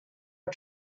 are